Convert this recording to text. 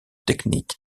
technique